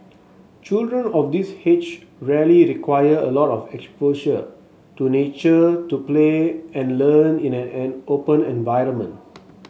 children of this age really require a lot of exposure to nature to play and learn in a an open environment